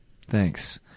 thanks